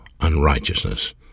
unrighteousness